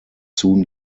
soon